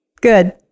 good